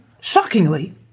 shockingly